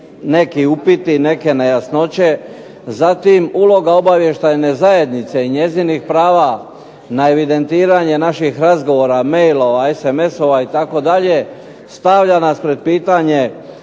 neki upiti, neke nejasnoće, zatim uloga obavještajne zajednice i njezinih prava na evidentiranje naših razgovora, mailova, sms-ova, itd., stavlja nas pred pitanje